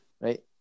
right